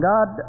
God